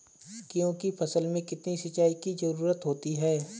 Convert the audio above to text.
गेहूँ की फसल में कितनी सिंचाई की जरूरत होती है?